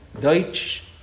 Deutsch